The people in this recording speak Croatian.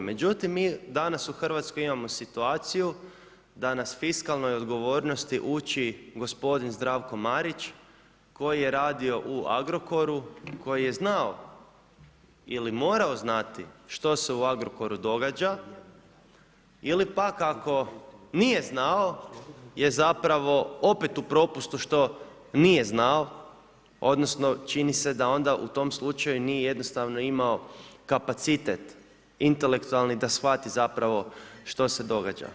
Međutim, mi danas u RH imamo situaciju da nas fiskalnoj odgovornosti uči gospodin Zdravko Marić koji je radio u Agrokoru, koji je znao ili morao znati što se u Agrokoru događa ili pak ako nije znao je zapravo opet u propustu što nije znao, odnosno čini se da onda u tom slučaju nije jednostavno imao kapacitet intelektualni da shvati zapravo što se događa.